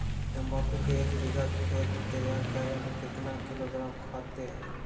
तम्बाकू के एक बीघा खेत तैयार करें मे कितना किलोग्राम खाद दे?